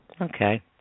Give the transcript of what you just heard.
Okay